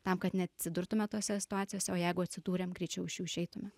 tam kad neatsidurtume tose situacijose o jeigu atsidūrėm greičiau iš jų išeitume